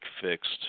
fixed